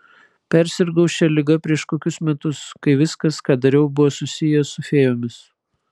persirgau šia liga prieš kokius metus kai viskas ką dariau buvo susiję su fėjomis